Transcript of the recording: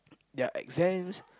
their exams